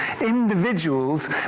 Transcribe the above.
individuals